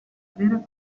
vera